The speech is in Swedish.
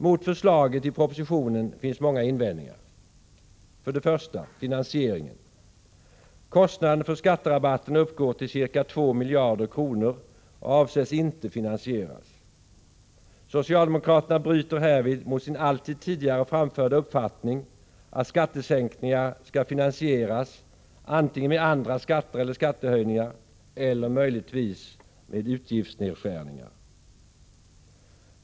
Mot förslaget i propositionen finns många invändningar: 1. Finansieringen. Kostnaden för skatterabatten uppgår till ca 2 miljarder kronor och avses inte bli finansierad. Socialdemokraterna bryter härvid mot sin alltid tidigare framförda uppfattning att skattesänkningar skall finansieras antingen med andra skatter eller med skattehöjningar, eller möjligtvis med utgiftsnedskärningar.